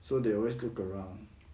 so they always look around